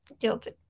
Guilty